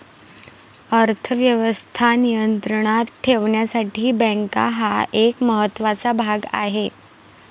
अर्थ व्यवस्था नियंत्रणात ठेवण्यासाठी बँका हा एक महत्त्वाचा भाग आहे